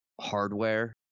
hardware